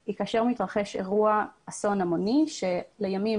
היא כאשר מתרחש אירוע אסון המוני שלימים